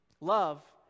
Love